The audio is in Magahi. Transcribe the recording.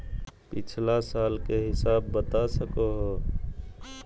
पिछला साल के हिसाब बता सको हो?